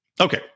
Okay